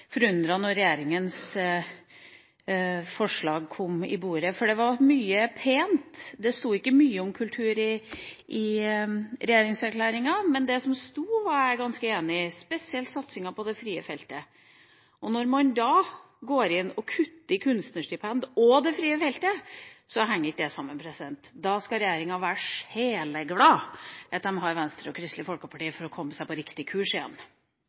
forundret da regjeringas forslag kom i bordet, for det var mye pent. Det sto ikke mye om kultur i regjeringserklæringa, men det som sto, var jeg ganske enig i, spesielt satsinga på det frie feltet. Når man da går inn og kutter i kunstnerstipend og det frie feltet, så henger ikke det sammen. Da skal regjeringa være sjeleglad for at de har Venstre og Kristelig Folkeparti for å komme seg på riktig kurs igjen.